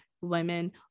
women